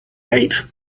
gate